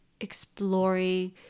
exploring